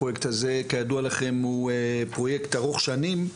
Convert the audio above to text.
הפרויקט הזה כידוע לכם הוא פרויקט ארוך שנים,